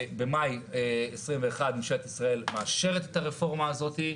במאי 2021 ממשלת ישראל מאשרת את הרפורמה הזאת.